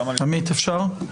עמית, אפשר?